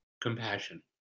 compassion